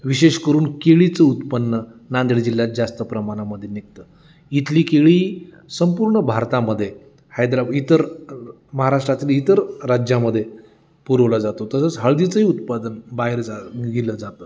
विशेष करून केळीचं उत्पन्न नांदेड जिल्ह्यात जास्त प्रमाणामध्ये निघतं इथली केळी संपूर्ण भारतामध्ये हैदराबा इतर महाराष्ट्रातील इतर राज्यामध्ये पुरवला जातो तसंच हळदीचंही उत्पादन बाहेर जा गेलं जातं